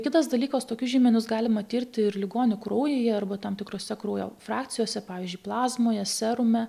kitas dalykas tokius žymenis galima tirti ir ligonių kraujyje arba tam tikrose kraujo frakcijose pavyzdžiui plazmoje serume